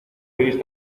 viniste